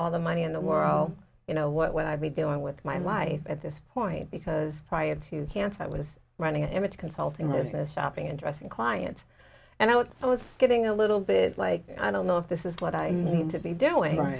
all the money in the world you know what i'd be doing with my life at this point because i had to cancel i was running an image consulting business shopping and dressing clients and i what i was getting a little bit like i don't know if this is what i need to be doing